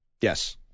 Yes